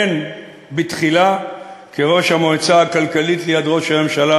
הן בתחילה כראש המועצה הכלכלית ליד ראש הממשלה,